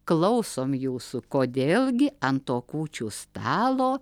klausom jūsų kodėl gi ant to kūčių stalo